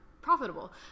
profitable